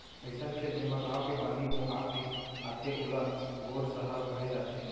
अइसन खेत जेमा गॉंव के पानी बोहा के आथे ओला गोरसहा कहे जाथे